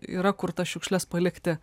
yra kur tas šiukšles palikti